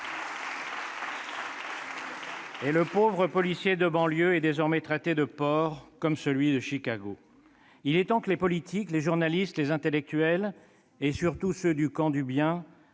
et le pauvre policier de banlieue est désormais traité de porc, comme celui de Chicago. Il est temps que les politiques, les journalistes, les intellectuels, particulièrement ceux du « camp du bien